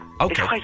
Okay